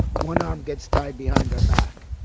one arm gets tied behind our back.